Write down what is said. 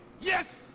Yes